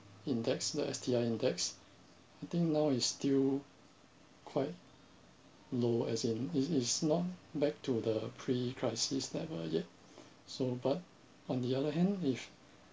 index the S_T_I index I think now is still quite low as in it is not back to the pre -